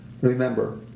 remember